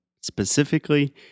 specifically